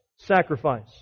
sacrifice